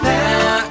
now